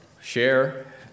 share